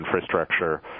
infrastructure